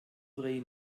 ray